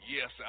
Yes